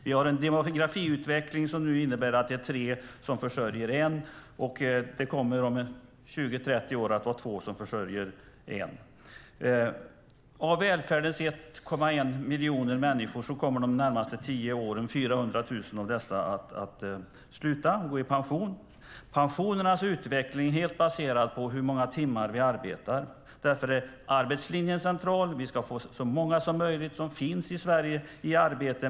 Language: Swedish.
Vi har en demografiutveckling som innebär att det nu är tre som försörjer en. Det kommer om 20-30 år att vara två som försörjer en. Av välfärdens 1,1 miljoner människor kommer de närmaste tio åren 400 000 att sluta och gå i pension. Pensionernas utveckling är helt baserad på hur många timmar vi arbetar. Därför är arbetslinjen central. Vi ska få så många som möjligt som finns i Sverige i arbete.